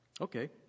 Okay